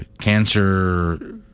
Cancer